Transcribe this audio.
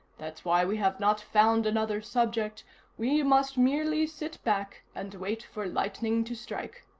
that's why we have not found another subject we must merely sit back and wait for lightning to strike.